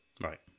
Right